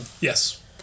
Yes